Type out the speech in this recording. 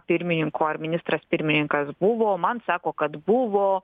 pirmininko ministras pirmininkas buvo man sako kad buvo